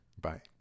Bye